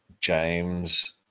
James